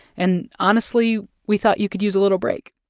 and honestly, we thought you could use a little break.